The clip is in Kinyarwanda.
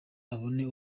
abone